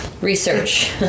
research